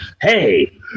Hey